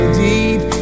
deep